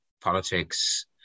politics